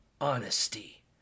honesty